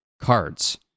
cards